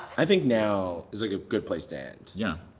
i think now is like a good place to end. yeah,